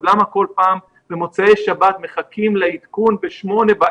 אז למה כל פעם במוצאי שבת מחכים לעדכון ב-20:00